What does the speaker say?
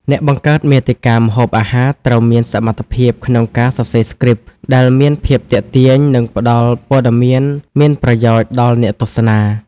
អ្នកបង្កើតមាតិកាម្ហូបអាហារត្រូវមានសមត្ថភាពក្នុងការសរសេរស្គ្រីប ដែលមានភាពទាក់ទាញ និងផ្តល់ព័ត៌មានមានប្រយោជន៍ដល់អ្នកទស្សនា។